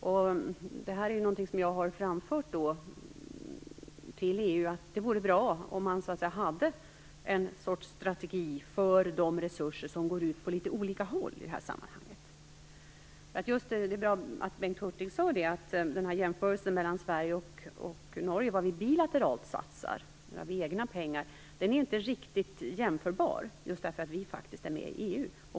Jag har framfört till EU att det vore bra om man hade en sorts strategi för de resurser som i det här sammanhanget sprids på litet olika håll. Det var bra att Bengt Hurtig gjorde jämförelsen mellan Norges och Sveriges bilaterala satsningar med egna pengar. Men det är inte riktigt jämförbart just därför att vi faktiskt är med i EU.